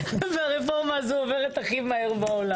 והרפורמה הזאת עוברת הכי מהר בעולם.